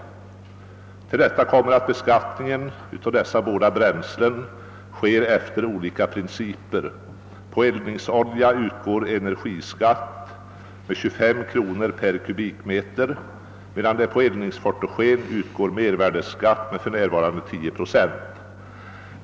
Härtill kommer att beskattningen av dessa två bränslen sker efter olika principer. På eldningsolja utgår energiskatt med 25 kronor per kubikmeter, medan det på eldningsfotogen utgår mervärdeskatt med för närvarande 10 procent.